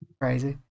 Crazy